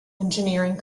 engineering